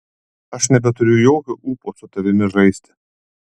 aš nebeturiu jokio ūpo su tavimi žaisti